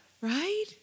Right